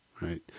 right